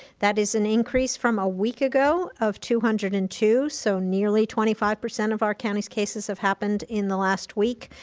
that is an increase from a week ago of two hundred and two, so nearly twenty five percent of our county's cases have happened in the last week,